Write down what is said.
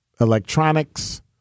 electronics